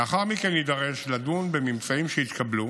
לאחר מכן יידרש לדון בממצאים שיתקבלו